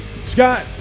Scott